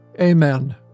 amen